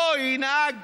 לא ינהג